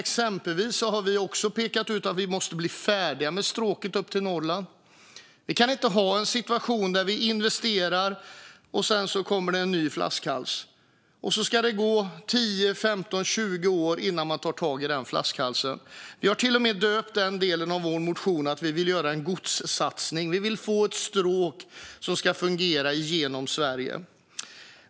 Exempelvis har vi pekat på att vi måste bli färdiga med stråket upp till Norrland. Vi kan inte ha en situation där vi först investerar, och sedan kommer det en ny flaskhals, och det går kanske 10, 15 eller 20 år innan man tar tag i den flaskhalsen. Vi har till och med sagt i den delen av vår motion att vi vill göra en godssatsning. Vi vill få ett stråk som ska fungera genom Sverige.